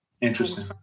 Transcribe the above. Interesting